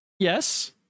Yes